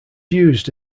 used